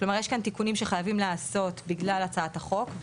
כלומר יש כאן תיקונים שחייבים לעשות בגלל הצעת החוק,